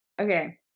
Okay